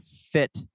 fit